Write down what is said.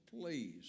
please